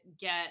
get